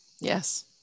Yes